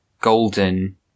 golden